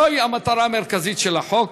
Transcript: זו המטרה המרכזית של החוק,